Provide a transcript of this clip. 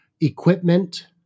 equipment